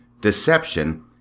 Deception